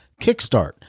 kickstart